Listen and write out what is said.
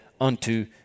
unto